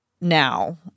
now